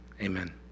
Amen